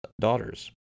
daughters